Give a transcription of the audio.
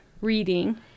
reading